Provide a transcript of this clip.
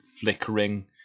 flickering